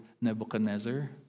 Nebuchadnezzar